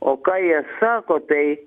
o ką jie sako tai